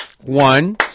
One